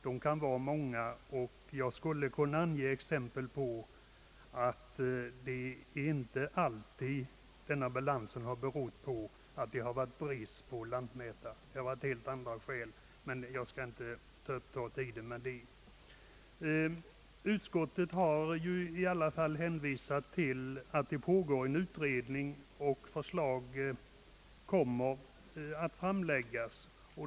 De kan vara många, och jag skulle kunna ange exempel på att den inte alltid berott på brist på lantmätare. Det har varit helt andra förhållanden som spelat in. Jag skall dock inte uppta tiden med detta. Utskottet har hänvisat till att det pågår en utredning på området och att ett förslag kommer att framläggas.